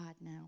now